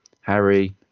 Harry